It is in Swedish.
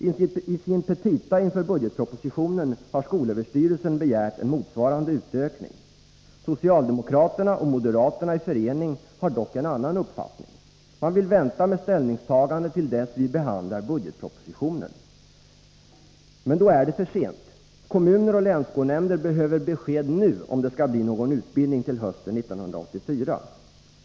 I sina petita inför budgetpropositionen har skolöverstyrelsen begärt en motsvarande utökning. Socialdemokraterna och moderaterna i förening har dock en annan uppfattning. Man vill vänta med ställningstagandet till dess att vi behandlar budgetpropositionen. Men då är det för sent. Kommuner och länsskolnämnder behöver besked nu om det skall bli någon utbildning till hösten 1984.